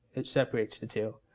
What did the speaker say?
it separates the two.